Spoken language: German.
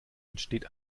entsteht